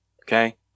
Okay